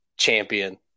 champion